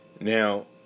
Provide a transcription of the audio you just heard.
Now